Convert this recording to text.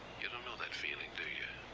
you don't know that feeling, do you?